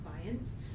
clients